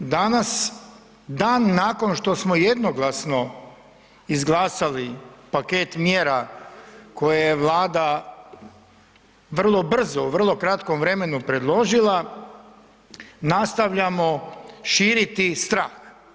Danas, dan nakon što smo jednoglasno izglasali paket mjera koje je Vlada vrlo brzo u vrlo kratkom vremenu predložila nastavljamo širiti strah.